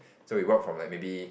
so we walk from like maybe